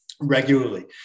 regularly